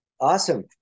Awesome